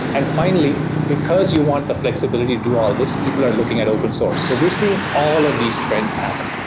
and finally, because you want the flexibility to do all this, people are looking at open source. so we're seeing all of these trends happen.